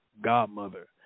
godmother